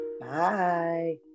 Bye